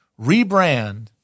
rebrand